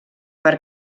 per